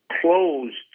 closed